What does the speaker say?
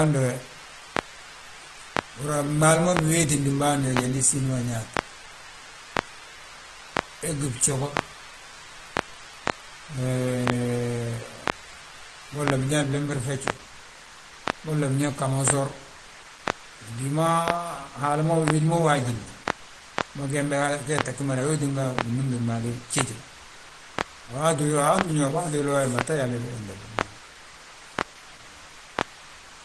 mbandu we húri yaa gmaali ma biwéetin bâan, jandi siiniwo nyaate. Bégi bjogo, bolla binyaa bimbirifejo, bolla binyaa gamosor. Gi ma, bima haala ma wédi ma waajilni, mma gembe gee tta gi mada, weetinga, binúmti gmaali gjéje. A waati uwilo, a waatin yo, batta yali de, wentele maalu.